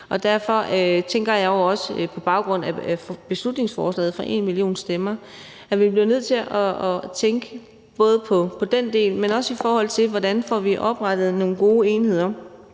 derfor tænker jeg også på baggrund af beslutningsforslaget fra #enmillionstemmer, at vi bliver nødt til at tænke både på den del, men også på, hvordan vi får oprettet nogle gode enheder.